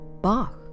Bach